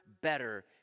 better